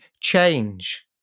change